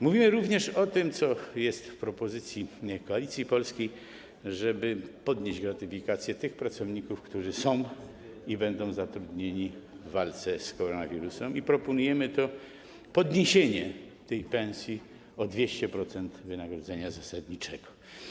Mówimy również o tym, co jest w propozycji Koalicji Polskiej, żeby podnieść gratyfikację dla tych pracowników, którzy są i będą zatrudnieni w ramach walki z koronawirusem, i proponujemy podniesienie tej pensji o 200% wynagrodzenia zasadniczego.